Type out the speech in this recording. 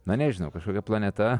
na nežinau kažkokia planeta